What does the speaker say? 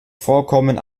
vorkommen